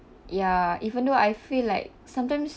ya even though I feel like sometimes